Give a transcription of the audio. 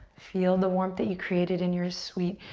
feel the warmth that you created in your sweet,